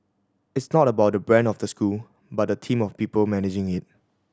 it's not about the brand of the school but the team of people managing it